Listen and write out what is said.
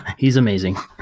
he's amazing